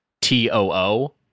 T-O-O